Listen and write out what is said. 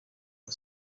for